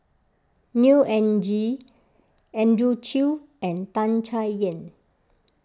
Neo Anngee Andrew Chew and Tan Chay Yan